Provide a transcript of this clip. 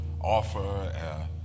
offer